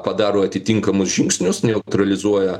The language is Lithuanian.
padaro atitinkamus žingsnius neutralizuoja